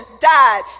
died